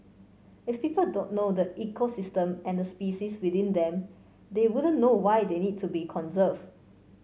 if people don't know the ecosystem and the species within them they wouldn't know why they need to be conserved